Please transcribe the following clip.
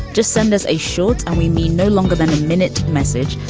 just send us a short and we mean no longer than a minute message.